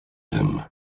him